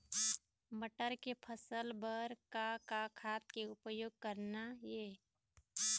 मटर के फसल बर का का खाद के उपयोग करना ये?